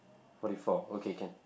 forty four okay can